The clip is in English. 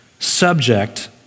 subject